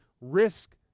risk